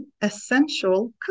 essential